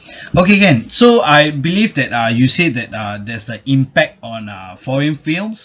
okay can so I believe that uh you said that uh there's a impact on a foreign films